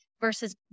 versus